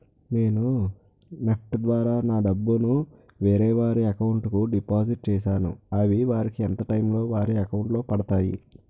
నేను నెఫ్ట్ ద్వారా నా డబ్బు ను వేరే వారి అకౌంట్ కు డిపాజిట్ చేశాను అవి వారికి ఎంత టైం లొ వారి అకౌంట్ లొ పడతాయి?